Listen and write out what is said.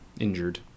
injured